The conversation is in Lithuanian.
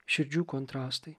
širdžių kontrastai